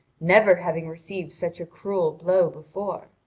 never having received such a cruel blow before.